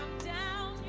down